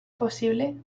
posible